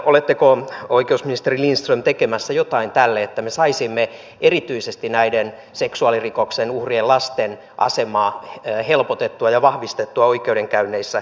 oletteko oikeusministeri lindström tekemässä jotain tälle että me saisimme erityisesti näiden seksuaalirikoksen uhrien lasten asemaa helpotettua ja vahvistettua oikeudenkäynneissä